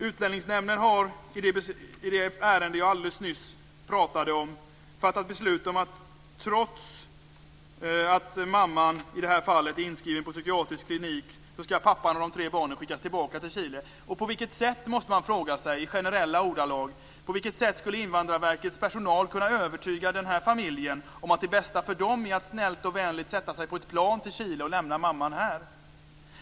Utlänningsnämnden har i det ärende jag alldeles nyss pratade om fattat beslut om att trots att mamman är inskriven på psykiatrisk klinik skall pappan och de tre barnen skickas tillbaka till Chile. Man måste fråga sig, i generella ordalag: På vilket sätt skulle Invandrarverkets personal kunna övertyga denna familj att det bästa för dem är att snällt och vänligt sätta sig på ett plan till Chile och lämna mamman här?